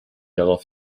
darauf